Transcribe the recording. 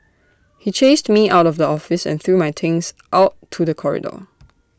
he chased me out of the office and threw my things out to the corridor